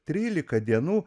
tryliką dienų